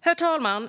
Herr talman!